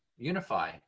unify